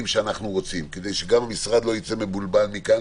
שאנחנו רוצים כדי שגם המשרד לא ייצא מבולבל מכאן,